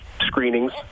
screenings